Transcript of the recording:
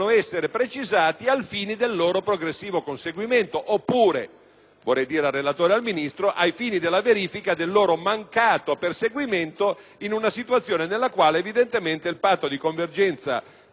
vorrei dire al relatore e al Ministro - ai fini della verifica del loro mancato perseguimento (in una situazione nella quale evidentemente il patto di convergenza per alcune Regioni potrebbe non funzionare), in modo da definire